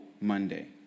Monday